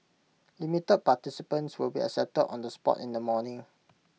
limited participants will be accepted on the spot in the morning